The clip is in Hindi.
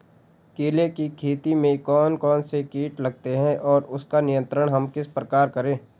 केले की खेती में कौन कौन से कीट लगते हैं और उसका नियंत्रण हम किस प्रकार करें?